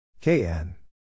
KN